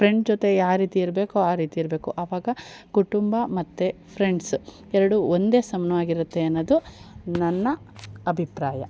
friend ಜೊತೆ ಯಾವ್ ರೀತಿ ಇರಬೇಕೋ ಆ ರೀತಿ ಇರಬೇಕು ಅವಾಗ ಕುಟುಂಬ ಮತ್ತು ಫ್ರೆಂಡ್ಸ್ ಎರಡು ಒಂದೇ ಸಮಾನ್ವಾಗಿರತ್ತೆ ಅನ್ನೋದು ನನ್ನ ಅಭಿಪ್ರಾಯ